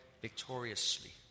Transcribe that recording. victoriously